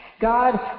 God